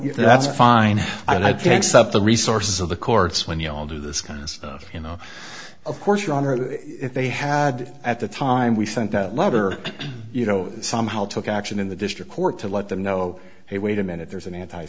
if that's fine i can suck the resources of the courts when y'all do this kind of stuff you know of course your honor if they had at the time we sent that letter you know somehow took action in the district court to let them know hey wait a minute there's an anti